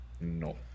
No